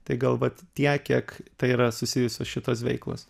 tai gal vat tiek kiek tai yra susijusios šitos veiklos